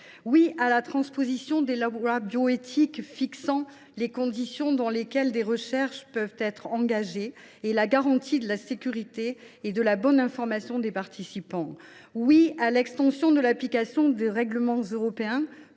Oui à la transposition des dernières lois de bioéthique fixant les conditions dans lesquelles des recherches peuvent être engagées et garantissant la sécurité et la bonne information des participants. Oui à l’extension de l’application des règlements européens